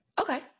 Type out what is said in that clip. Okay